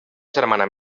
germana